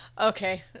okay